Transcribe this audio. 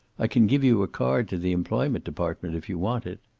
i can give you a card to the employment department if you want it.